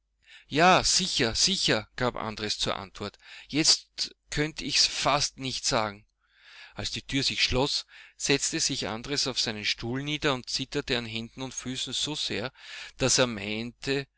ja sicher sicher gab andres zur antwort jetzt könnt ich's fast nicht sagen als die tür sich schloß setzte sich andres auf seinen stuhl nieder und zitterte an händen und füßen so sehr daß er meinte